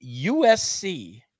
USC